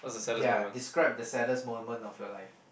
ya describe the sadness moment of your life